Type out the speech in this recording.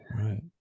Right